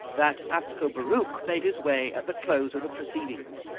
that ascobaruch made his way at the close of the proceedings.